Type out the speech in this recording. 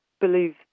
believe